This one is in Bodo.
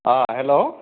अ हेल्ल'